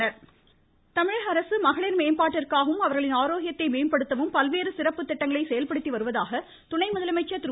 பன்னீர் செல்வம் தமிழக அரசு மகளிர் மேம்பாட்டிற்காகவும் அவர்களின் ஆரோக்கியத்தை மேம்படுத்தவும் பல்வேறு சிறப்புத் திட்டங்களை செயல்படுத்தி வருவதாக துணை முதலமைச்சர் திரு